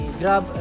grab